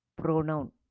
pronoun